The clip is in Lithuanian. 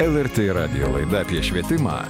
lrt radijo laida apie švietimą